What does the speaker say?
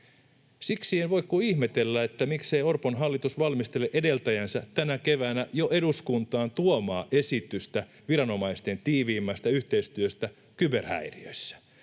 Siksi en voi kuin ihmetellä, miksei Orpon hallitus valmistele edeltäjänsä tänä keväänä jo eduskuntaan tuomaa esitystä viranomaisten tiiviimmästä yhteistyöstä kyberhäiriöissä.